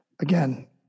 again